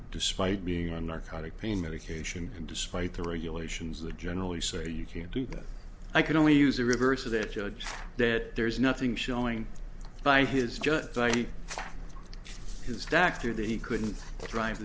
despite being on narcotic pain medication and despite the regulations that generally say you can't do that i could only use the reverse of that judge that there's nothing showing by his just like his doctor that he couldn't drive